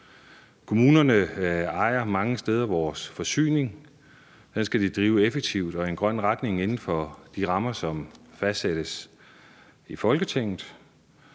Kommunerne ejer mange steder vores forsyning. Den skal de drive effektivt og i en grøn retning inden for de rammer, som fastsættes i Folketinget.